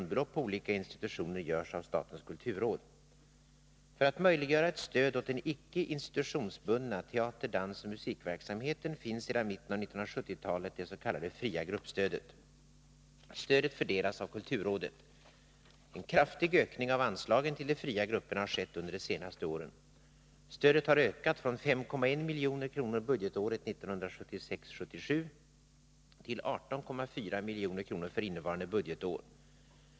För att möjliggöra ett stöd åt den icke institutionsbundna teater-, dansoch musikverksamheten finns sedan mitten av 1970-talet det s.k. fria gruppstödet. Stödet fördelas av kulturrådet. En kraftig ökning av anslagen till de fria grupperna har skett under de senaste åren. Stödet har ökat från 5,1 milj.kr. budgetåret 1976/77 till 18,4 milj.kr. för innevarande budgetår.